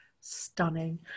stunning